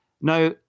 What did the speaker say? Now